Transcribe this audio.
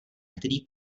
který